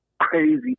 crazy